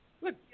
look